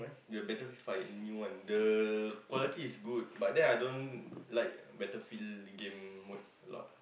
the battlefield fight new one the quality is good but then I don't like battlefield game mode a lot ah